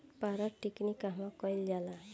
पारद टिक्णी कहवा कयील जाला?